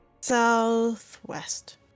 southwest